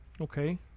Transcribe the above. Okay